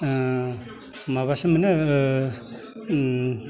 ओ माबासो मोनो ओ ओम